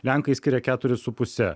lenkai skiria keturis su puse